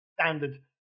standard